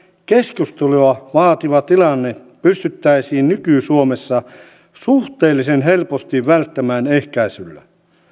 keskustelua vaativa tilanne pystyttäisiin nyky suomessa suhteellisen helposti välttämään ehkäisyllä